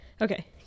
Okay